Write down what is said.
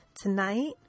Tonight